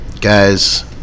guys